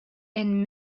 and